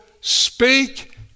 speak